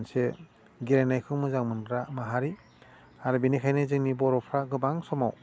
मोनसे गेलेनायखौ मोजां मोनग्रा माहारि आरो बिनिखायनो जोंनि बर'फ्रा गोबां समाव